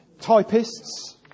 Typists